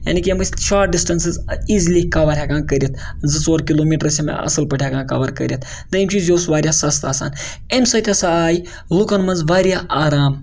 یعنے کہِ یِم ٲسۍ شاٹ ڈِسٹنسٕز ایٖزلی کَور ہٮ۪کان کٔرِتھ زٕ ژور کِلومیٖٹر ٲسۍ یِم اَصٕل پٲٹھۍ ہٮ۪کان کَور کٔرِتھ دٔیِم چیٖز یہِ اوس واریاہ سَستہٕ آسان اَمہِ سۭتۍ ہسا آیہِ لُکن منٛز واریاہ آرام